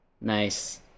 Nice